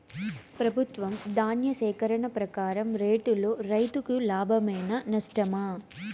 ప్రభుత్వం ధాన్య సేకరణ ప్రకారం రేటులో రైతుకు లాభమేనా నష్టమా?